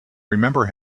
remember